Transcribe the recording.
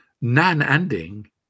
non-ending